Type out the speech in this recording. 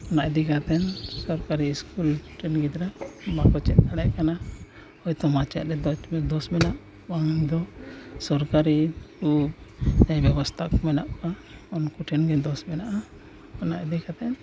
ᱚᱱᱟ ᱤᱫᱤ ᱠᱟᱛᱮᱫ ᱥᱚᱨᱠᱟᱨᱤ ᱤᱥᱠᱩᱞ ᱨᱮᱱ ᱜᱤᱫᱽᱨᱟᱹ ᱵᱟᱠᱚ ᱪᱮᱫ ᱫᱟᱲᱮᱭᱟᱜ ᱠᱟᱱᱟ ᱦᱳᱭᱛᱚ ᱢᱟᱪᱮᱫ ᱨᱮ ᱫᱳᱥ ᱢᱮᱱᱟᱜᱼᱟ ᱵᱟᱝ ᱫᱚ ᱥᱚᱨᱠᱟᱨᱤ ᱠᱚ ᱫᱟᱭ ᱵᱮᱚᱵᱚᱥᱛᱟ ᱢᱮᱱᱟᱜ ᱠᱚᱣᱟ ᱩᱱᱠᱩ ᱴᱷᱮᱱ ᱜᱮ ᱫᱳᱥ ᱢᱮᱱᱟᱜᱼᱟ ᱚᱱᱟ ᱤᱫᱤ ᱠᱟᱛᱮᱫ